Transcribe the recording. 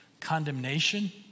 condemnation